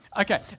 Okay